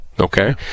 Okay